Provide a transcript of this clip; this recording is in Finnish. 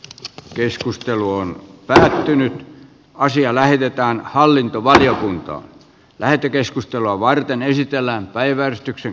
keskustelu on päätynyt asia lähetetään hallintovaliokuntaan lähetekeskustelua varten esittämäämme suuntaan